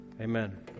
Amen